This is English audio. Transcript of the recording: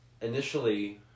initially